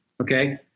Okay